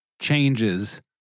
changes